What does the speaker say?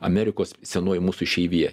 amerikos senoji mūsų išeivija